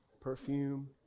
perfume